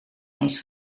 eens